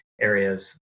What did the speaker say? areas